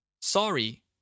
Sorry